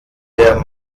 der